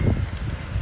what do you mean